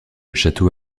château